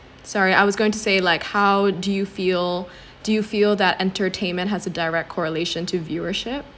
sorry I was going to say like how do you feel do you feel that entertainment has a direct correlation to viewership